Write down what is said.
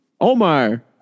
Omar